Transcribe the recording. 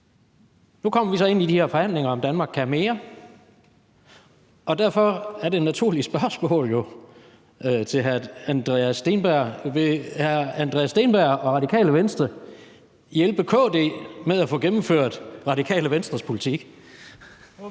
Nu kommer vi så ind i de her forhandlinger om »Danmark kan mere«, og derfor er det naturlige spørgsmål jo til hr. Andreas Steenberg: Vil hr. Andreas Steenberg og Radikale Venstre hjælpe KD med at få gennemført Radikale Venstres politik?